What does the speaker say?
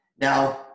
now